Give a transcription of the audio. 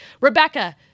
rebecca